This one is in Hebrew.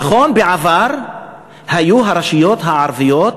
נכון, בעבר היו הרשויות הערביות